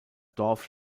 dorf